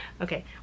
okay